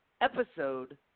episode